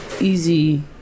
easy